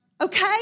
Okay